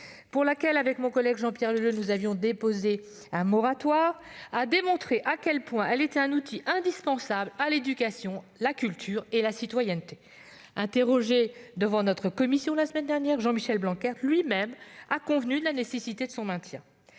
pour laquelle mon ancien collègue Jean-Pierre Leleux et moi-même avions déposé un moratoire, a démontré à quel point elle était un outil indispensable à l'éducation, à la culture et à la citoyenneté. Interrogé devant notre commission, Jean-Michel Blanquer lui-même est convenu de la nécessité de son maintien.